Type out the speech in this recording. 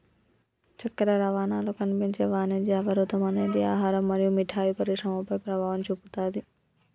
చక్కెర రవాణాలో కనిపించే వాణిజ్య అవరోధం అనేది ఆహారం మరియు మిఠాయి పరిశ్రమపై ప్రభావం చూపుతాది